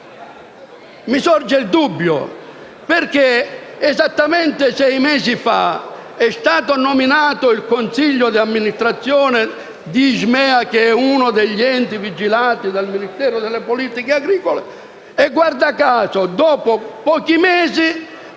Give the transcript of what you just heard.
Mi sorge un dubbio, perché, esattamente sei mesi fa, è stato nominato il consiglio di amministrazione di ISMEA, che è uno degli enti vigilati dal Ministero delle politiche agricole e, guarda caso, dopo pochi mesi